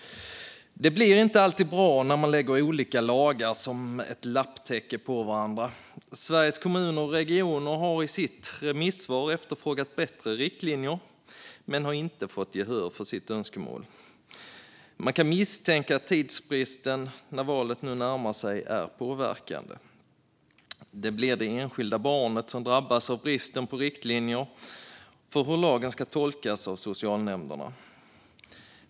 Det blir inte alltid bra när man lägger olika lagar som ett lapptäcke på varandra. Sveriges Kommuner och Regioner har i sitt remissvar efterfrågat bättre riktlinjer men har inte fått gehör för sitt önskemål. Man kan misstänka att tidsbristen, när valet nu närmar sig, är påverkande. Det blir det enskilda barnet som drabbas av bristen på riktlinjer för hur lagen ska tolkas av socialnämnderna.